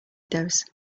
those